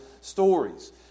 stories